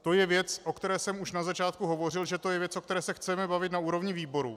To je věc, o které jsem už na začátku hovořil, že to je věc, o které se chceme bavit na úrovni výboru.